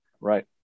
Right